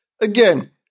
Again